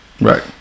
right